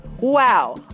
Wow